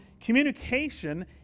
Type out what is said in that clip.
communication